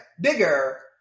bigger